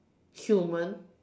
human